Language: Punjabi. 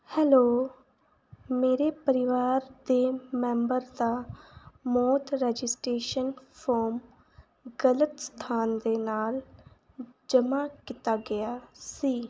ਹੈਲੋ ਮੇਰੇ ਪਰਿਵਾਰ ਦੇ ਮੈਂਬਰ ਦਾ ਮੌਤ ਰਜਿਸਟਰੇਸ਼ਨ ਫੋਰਮ ਗਲਤ ਸਥਾਨ ਦੇ ਨਾਲ ਜਮ੍ਹਾਂ ਕੀਤਾ ਗਿਆ ਸੀ